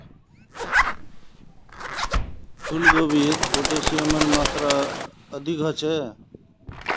फूल गोभीत पोटेशियमेर मात्रा अधिक ह छे